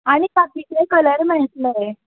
आनी बाकीचेय कलर मेळटले